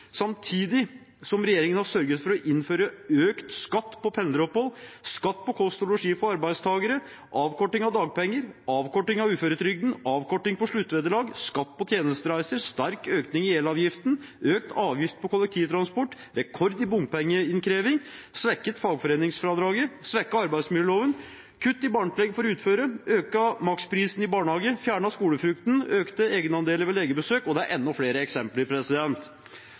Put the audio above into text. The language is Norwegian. samtidig som den har sørget for å innføre økt skatt på pendleropphold, skatt på kost og losji for arbeidstagere, avkorting av dagpenger, avkorting av uføretrygden, avkorting på sluttvederlag, skatt på tjenestereiser, sterk økning i elavgiften, økt avgift på kollektivtransport og rekord i bompengeinnkreving. I tillegg har de svekket fagforeningsfradraget, svekket arbeidsmiljøloven, kuttet i barnetillegget for uføre, økt maksprisen i barnehage, fjernet skolefrukten og økt egendelene ved legebesøk. Og det er enda flere